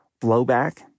blowback